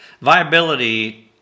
viability